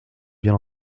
bien